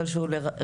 אבל שהוא רלוונטי,